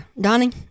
Donnie